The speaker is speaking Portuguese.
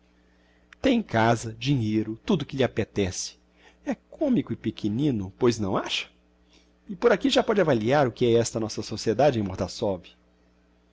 tem casa dinheiro tudo que lhe apetece é comico e pequenino pois não acha e por aqui já pode avaliar o que é esta nossa sociedade